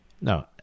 no